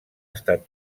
estat